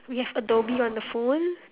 we have adobe on the phone